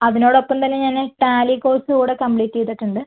അതിനോടൊപ്പം തന്നെ ഞാന് ടാലി കോഴ്സ് കൂടെ കമ്പ്ലീറ്റ് ചെയ്തിട്ട് ഉണ്ട്